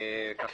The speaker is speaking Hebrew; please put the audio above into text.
כך